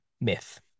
myth